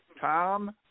Tom